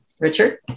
Richard